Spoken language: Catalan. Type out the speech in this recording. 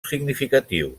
significatiu